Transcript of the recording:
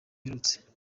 mperutse